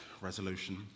resolution